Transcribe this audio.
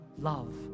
love